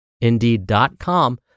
indeed.com